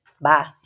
Bye